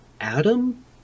adam